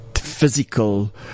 physical